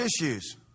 issues